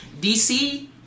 DC